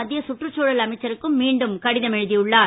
மத்திய சுற்றுச் சூழல் அமைச்சருக்கும் மீண்டும் கடிதம் எழுதி உள்ளார்